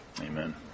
Amen